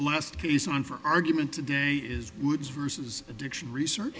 case on for argument today is woods versus addiction research